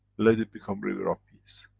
let it become river of peace.